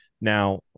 Now